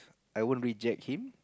I would reject him